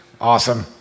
Awesome